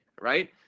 right